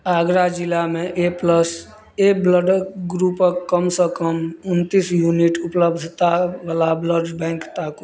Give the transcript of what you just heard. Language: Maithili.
आगरा जिलामे ए प्लस ए ब्लड ग्रुपक कम सँ कम उनतीस यूनिट उपलब्धतावला ब्लड बैंक ताकू